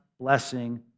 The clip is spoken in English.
blessing